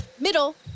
middle